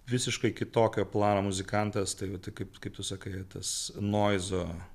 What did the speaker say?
visiškai kitokio plano muzikantas tave taip kaip tu sakai tas noizo